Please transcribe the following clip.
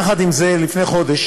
יחד עם זה, לפני חודש